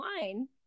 wine